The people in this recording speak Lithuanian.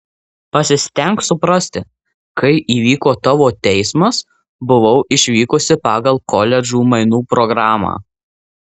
pasistenk suprasti kai įvyko tavo teismas buvau išvykusi pagal koledžų mainų programą